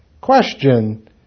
Question